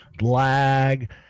lag